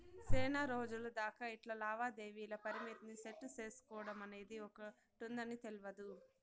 సేనారోజులు దాకా ఇట్లా లావాదేవీల పరిమితిని సెట్టు సేసుకోడమనేది ఒకటుందని తెల్వదు